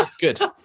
Good